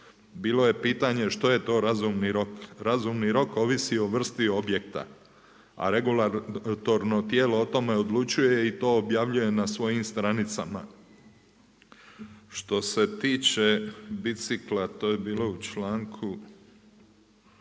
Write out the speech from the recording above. Bilo je pitanje što je to razumni rok? Razumni rok ovisi o vrsti objekta. A regulatorno tijelo o tome odlučuje i to objavljuje na svojim stranicama. Što se tiče bicikla, to je bilo u članku